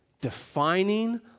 defining